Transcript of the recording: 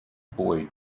boyd